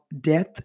death